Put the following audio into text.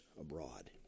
abroad